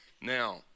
Now